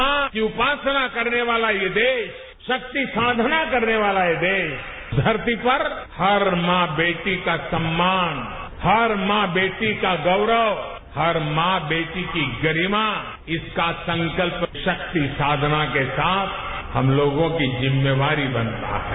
मां की उपासना करने वाला ये देश शक्ति साधना करने वाला ये देश धरती पर हर मां बेटी का सम्मान हर मां बेटी का गौरव हर मां बेटी की गरिमा इसका संकल्प शक्ति साधना के साथ हम लोगों की जिम्मेवारी बनता है